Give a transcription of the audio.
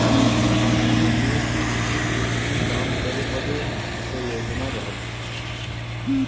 पुरे देस के कृषि क्षेत्र मे काम करे बदे क योजना रहल